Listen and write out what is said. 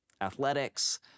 athletics